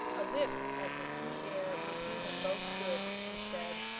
a whiff of the sea-air would do them both good, she said,